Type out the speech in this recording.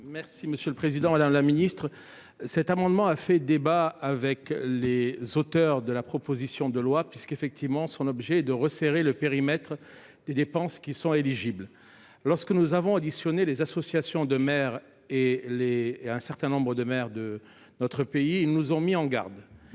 est à M. le rapporteur. Cet amendement a fait débat avec les auteurs de la proposition de loi, son objet étant de resserrer le périmètre des dépenses qui sont éligibles. Lorsque nous avons auditionné les associations de maires et un certain nombre de maires de notre pays, ils nous ont mis en garde